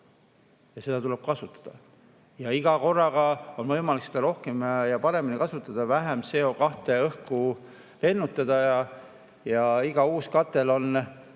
neid tuleb kasutada. Iga korraga on võimalik neid rohkem ja paremini kasutada, vähem CO2õhku lennutada ning iga uus katel on